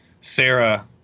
Sarah